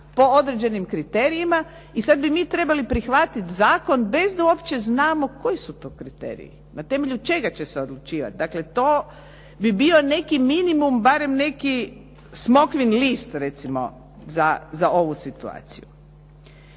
po određenim kriterijima i sad bi mi trebali prihvatit zakon bez da uopće znamo koji su to kriteriji, na temelju čega će se odlučivati. Dakle, to bi bio neki minimum, barem neki smokvin list recimo za ovu situaciju.